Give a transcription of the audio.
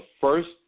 first